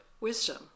wisdom